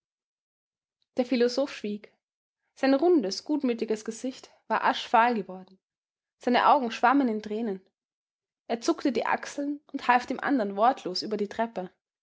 der philosoph schwieg sein rundes gutmütiges gesicht war aschfahl geworden seine augen schwammen in tränen er zuckte die achseln und half dem andern wortlos über die treppe